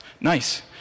Nice